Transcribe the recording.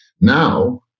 Now